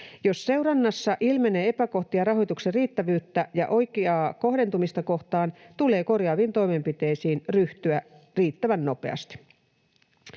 Jos seurannassa ilmenee epäkohtia rahoituksen riittävyyttä ja oikeaa kohdentumista koskien, tulee korjaaviin toimenpiteisiin ryhtyä riittävän nopeasti.